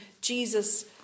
Jesus